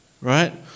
right